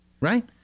right